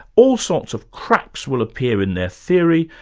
all sorts of cracks will appear in their theory,